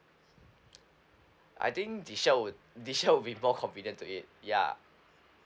I think deshell would deshell would be more convenient to eat ya